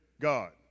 God